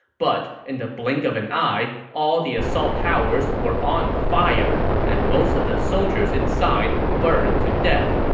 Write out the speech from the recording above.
but in the blink of an eye, all the assault towers were on fire, and most of the soldiers inside burned to death.